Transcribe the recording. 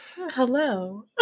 Hello